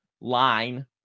line